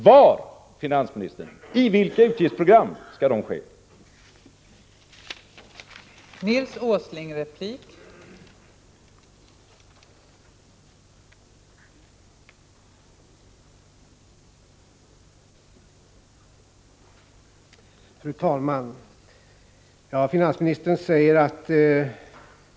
I vilka utgiftsprogram skall de nedskärningarna ske, finansministern?